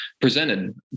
presented